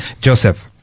Joseph